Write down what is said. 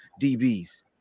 DBs